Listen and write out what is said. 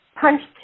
punched